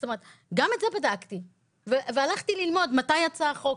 אז גם את זה בדקתי והלכתי ללמוד מתי יצא החוק,